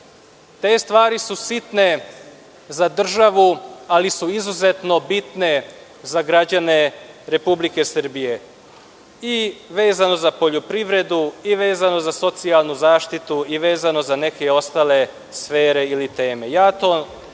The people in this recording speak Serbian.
Te stvari su sitne za državu, ali su izuzetno bitne za građane Republike Srbije, i vezano za poljoprivredu, i vezano za socijalnu zaštitu, i vezano za neke ostale sfere ili teme. To